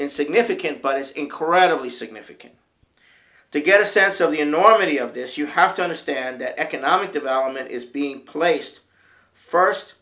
insignificant but it is incredibly significant to get a sense of the enormity of this you have to understand the economic development is being placed first